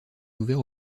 ouvert